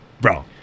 bro